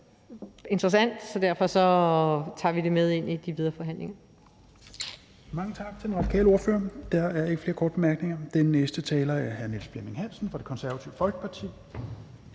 interessant, så derfor tager vi det med ind i de videre forhandlinger.